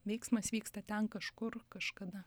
veiksmas vyksta ten kažkur kažkada